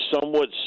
somewhat